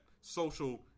social